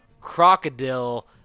crocodile